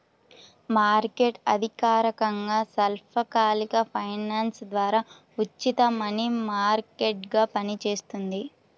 market అధికారికంగా స్వల్పకాలిక finance ద్వారా ఉచిత మనీ మార్కెట్గా పనిచేస్తుంది